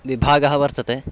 विभागः वर्तते